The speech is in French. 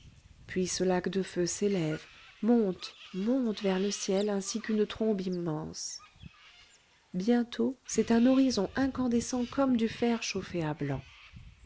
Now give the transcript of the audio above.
puis ce lac de feu s'élève monte monte vers le ciel ainsi qu'une trombe immense bientôt c'est un horizon incandescent comme du fer chauffé à blanc